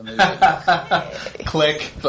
Click